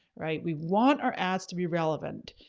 right? we want our ads to be relevant.